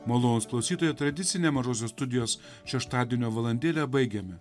malonūs klausytojai tradicinę mažosios studijos šeštadienio valandėlę baigiame